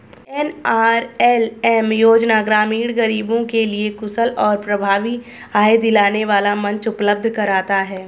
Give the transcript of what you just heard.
NRLM योजना ग्रामीण गरीबों के लिए कुशल और प्रभावी आय दिलाने वाला मंच उपलब्ध कराता है